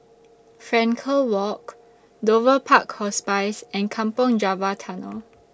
Frankel Walk Dover Park Hospice and Kampong Java Tunnel